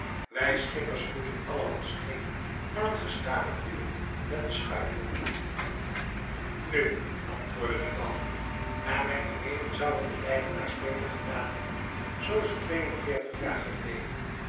wij schippers groeien allemaal scheef van het gestadig duwen met den schuifboom nu antwoordde de baljuw naar mijne meening zouden de leidenaars beter gedaan hebben zoo ze tweeënveertig jaar geleden